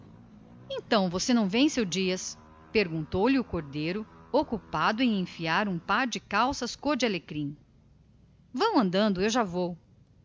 soalho você não se apronta seu dias perguntou-lhe o cordeiro ocupado a enfiar um par de calças cor de alecrim você não vem conosco à quinta vão andando que eu já vou